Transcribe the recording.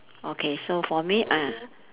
okay so for me ah